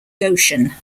goshen